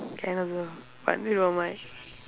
can also but you don't mind